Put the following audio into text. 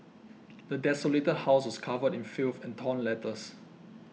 the desolated house was covered in filth and torn letters